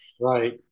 Right